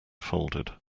folded